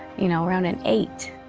you know, around an eight